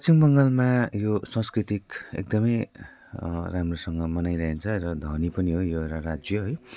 पश्चिम बङ्गालमा यो संस्कृतिक एकदमै राम्रोसँग मनाइरहन्छ र धनी पनि हो यो एउटा राज्य है